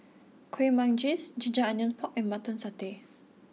Kuih Manggis Ginger Onions Pork and Mutton Satay